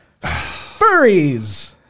Furries